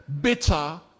bitter